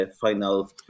final